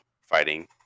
fighting